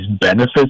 benefits